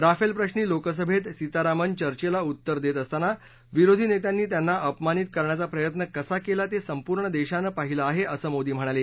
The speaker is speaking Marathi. राफेलप्रश्नी लोकसभेत सीतारामन चर्चेला उत्तर देत असताना विरोधी नेत्यांनी त्यांना अपमानित करण्याचा प्रयत्न कसा केला ते संपूर्ण देशानं बधितलं आहे असं मोदी म्हणाले